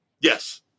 Yes